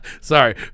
Sorry